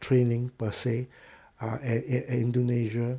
training per se uh at at at indonesia